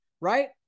right